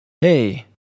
hey